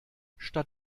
statt